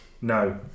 No